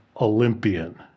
Olympian